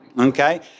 Okay